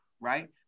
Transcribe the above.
right